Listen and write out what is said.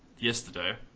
Yesterday